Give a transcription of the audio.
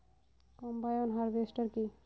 Combine harvester কি?